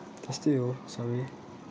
त्यस्तै हो सबै